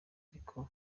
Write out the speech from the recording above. ariko